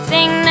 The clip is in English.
Sing